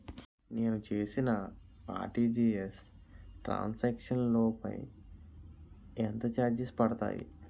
నేను చేసిన RTGS transaction లో పై ఎంత చార్జెస్ పడతాయి?